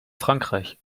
frankreich